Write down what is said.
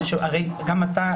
הרי גם אתה,